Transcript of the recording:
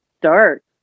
dark